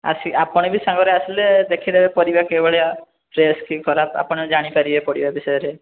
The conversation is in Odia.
ଆସି ଆପଣ ବି ସାଙ୍ଗରେ ଆସିଲେ ଦେଖିଦେବେ ପରିବା କିଭଳିଆ ଫ୍ରେଶ୍ କି ଖରାପ ଆପଣ ଜାଣି ପାରିବେ ପରିବା ବିଷୟରେ